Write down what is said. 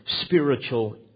spiritual